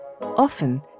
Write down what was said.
Often